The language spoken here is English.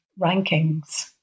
rankings